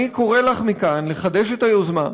אני קורא לך מכאן לחדש את היוזמה,